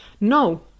No